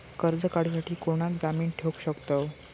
कर्ज काढूसाठी कोणाक जामीन ठेवू शकतव?